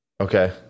Okay